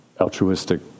altruistic